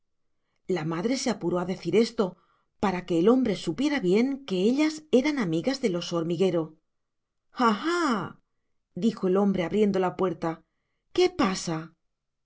la madre se apuró a decir esto para que el hombre supiera bien que ellas eran amigas del oso hormiguero ah ah dijo el hombre abriendo la puerta qué pasa